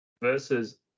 versus